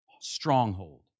stronghold